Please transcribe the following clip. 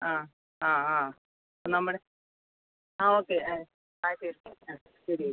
ആ ആ ആ നമ്മുടെ ആ ഓക്കേ ആ ശരി ചേച്ചി ആ ശരി ചേച്ചി